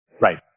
Right